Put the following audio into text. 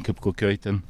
kaip kokioj ten